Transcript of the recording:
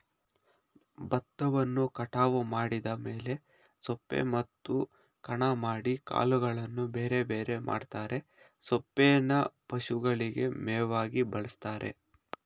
ಬತ್ತವನ್ನು ಕಟಾವು ಮಾಡಿದ ಮೇಲೆ ಸೊಪ್ಪೆ ಮತ್ತು ಕಣ ಮಾಡಿ ಕಾಳುಗಳನ್ನು ಬೇರೆಬೇರೆ ಮಾಡ್ತರೆ ಸೊಪ್ಪೇನ ಪಶುಗಳಿಗೆ ಮೇವಾಗಿ ಬಳಸ್ತಾರೆ